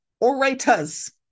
orators